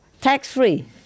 tax-free